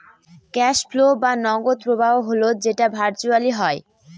cash flow বা নগদ প্রবাহ হল যেটা ভার্চুয়ালি হয়